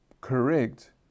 correct